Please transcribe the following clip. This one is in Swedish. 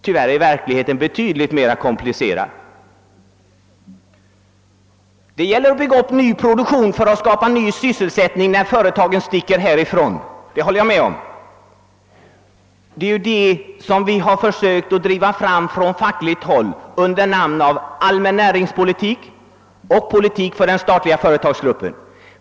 Tyvärr är verkligheten betydligt mera komplicerad. Det gäller att bygga upp ny produktion för att skapa ny sysselsättning när företagen sticker härifrån — det håller jag med om — och det är ju den saken vi har försökt att driva från fackligt håll under namn av »allmän näringspolitik» och »politik för den statliga företagsgruppen».